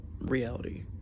reality